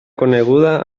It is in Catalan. coneguda